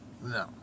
No